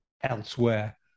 elsewhere